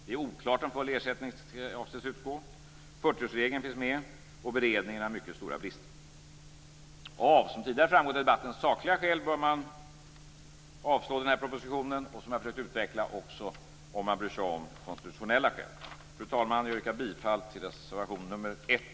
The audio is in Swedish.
Det är oklart om full ersättning skall utgå. 40-årsregeln finns med. Beredningen har mycket stora brister. Av sakliga skäl bör man, som tidigare framgått av debatten, avslå den här propositionen och, som jag har försökt att utveckla, också om man bryr sig om de konstitutionella skälen. Fru talman! Jag yrkar bifall till reservation nr 1